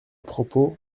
propos